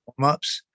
warmups